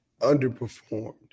underperformed